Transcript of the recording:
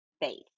faith